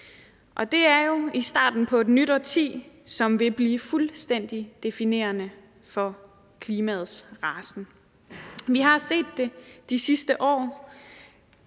og det er starten på et nyt årti, som vil blive fuldstændig definerende for klimaets rasen. Vi har set det de sidste år,